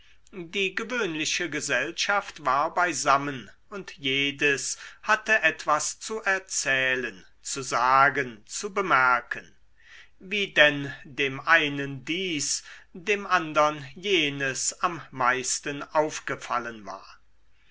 die gewöhnliche gesellschaft war beisammen und jedes hatte etwas zu erzählen zu sagen zu bemerken wie denn dem einen dies dem andern jenes am meisten aufgefallen war